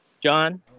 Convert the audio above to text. John